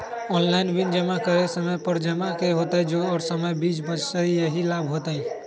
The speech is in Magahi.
ऑनलाइन बिल जमा करे से समय पर जमा हो जतई और समय भी बच जाहई यही लाभ होहई?